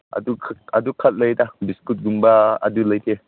ꯑꯗꯨ ꯈꯛ ꯂꯩꯗ ꯕꯤꯁꯀꯨꯠꯒꯨꯝꯕ ꯑꯗꯨ ꯂꯩꯇꯦ